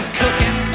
cooking